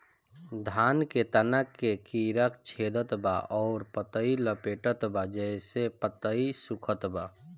धान के तना के कीड़ा छेदत बा अउर पतई लपेटतबा जेसे पतई सूखत बा?